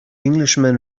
englishman